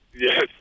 Yes